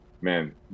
man